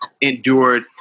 endured